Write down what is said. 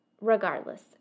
Regardless